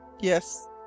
Yes